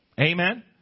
Amen